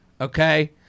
okay